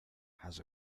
has